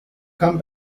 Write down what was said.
come